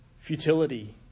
Futility